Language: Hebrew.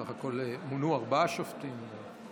בסך הכול מונו ארבעה שופטים עליונים.